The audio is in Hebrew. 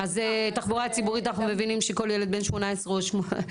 אז תחבורה ציבורית אנחנו מבינים שכל ילד בן 18 יכול להיות חשוף.